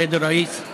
סייד א-ראיס,